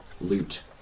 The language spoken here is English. loot